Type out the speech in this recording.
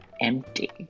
empty